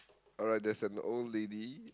alright there's an old lady